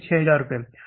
यानी 6000 रुपये